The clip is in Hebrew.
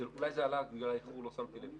אולי זה עלה ובגלל שאיחרתי לא שמתי לב.